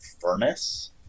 furnace